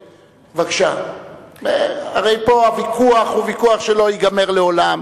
הרי הוויכוח פה לא ייגמר לעולם.